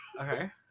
Okay